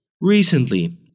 Recently